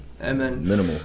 minimal